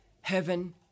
Heaven